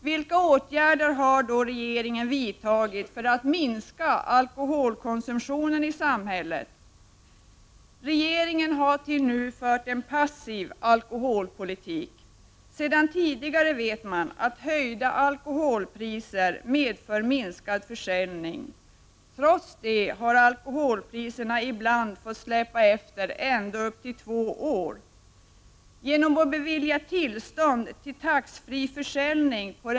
Vilka åtgärder har då regeringen vidtagit för att minska alkoholkonsumtionen i samhället? Regeringen har hittills fört en passiv alkoholpolitik. Sedan tidigare vet man att höjda alkoholpriser medför minskad försäljning. Trots det har alkoholpriserna ibland fått släpa efter ända upp till två år.